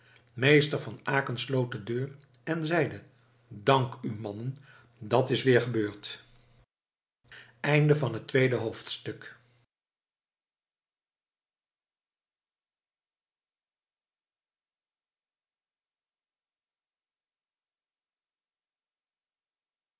meester van aecken sloot de deur en zeide dank u mannen dat is weer gebeurd derde hoofdstuk